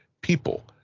people